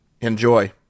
Enjoy